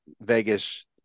Vegas